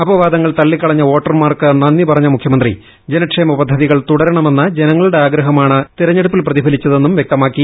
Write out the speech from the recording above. അപവാദങ്ങൾ തള്ളിക്കളഞ്ഞ വോട്ടർമാർക്ക് നന്ദി പറഞ്ഞ മുഖ്യമന്ത്രി ജനക്ഷേമ പദ്ധതികൾ തുടരണമെന്ന ജനങ്ങളുടെ ആഗ്രഹമാണ് തെരഞ്ഞെടുപ്പിൽ പ്രതിഫലിച്ചതെന്നും വ്യക്തമാക്കി